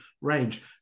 range